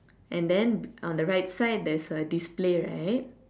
and then on the right side there's a display right